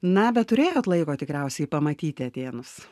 na bet turėjot laiko tikriausiai pamatyti atėnus